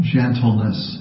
gentleness